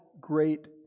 great